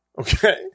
Okay